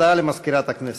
הודעה למזכירת הכנסת.